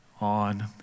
On